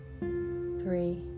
three